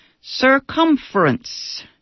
circumference